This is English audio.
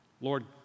Lord